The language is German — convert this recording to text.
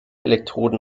elektroden